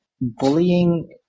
bullying